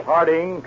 Harding